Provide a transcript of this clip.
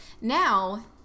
now